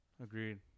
Agreed